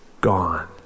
gone